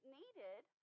needed